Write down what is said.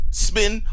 spin